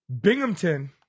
Binghamton